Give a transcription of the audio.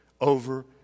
over